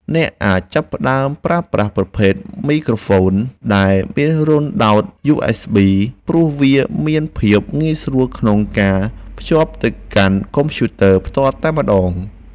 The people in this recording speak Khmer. អ្នកអាចចាប់ផ្តើមប្រើប្រាស់ប្រភេទមីក្រូហ្វូនដែលមានរន្ធដោតយូអេសប៊ីព្រោះវាមានភាពងាយស្រួលក្នុងការភ្ជាប់ទៅកាន់កុំព្យូទ័រផ្ទាល់តែម្តង។